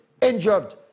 injured